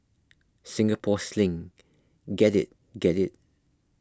Singapore Sling get it get it